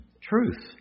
truth